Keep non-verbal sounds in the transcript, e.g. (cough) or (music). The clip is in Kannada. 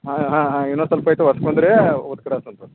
ಹಾಂ ಹಾಂ ಹಾಂ ಇನ್ನೊಂದು ಸ್ವಲ್ಪ ಇತ್ತು ಒರ್ಸ್ಕೊಂಡು ರೀ ಊದ್ಕಡ್ಡಿ ಹಚ್ಚೋಣ್ (unintelligible)